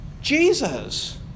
Jesus